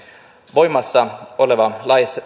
voimassa oleva